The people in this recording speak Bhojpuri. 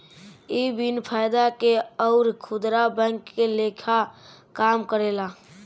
इ बिन फायदा के अउर खुदरा बैंक के लेखा काम करेला